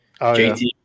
JT